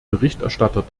berichterstatter